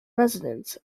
residence